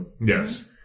Yes